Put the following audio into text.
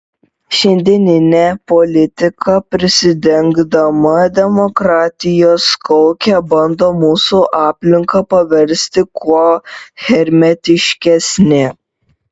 šiandieninė politika prisidengdama demokratijos kauke bando mūsų aplinką paversti kuo hermetiškesne